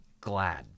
glad